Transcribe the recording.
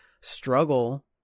struggle